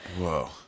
Whoa